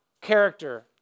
character